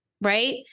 right